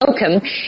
Welcome